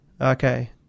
Okay